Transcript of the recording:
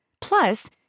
Plus